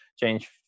change